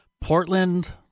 Portland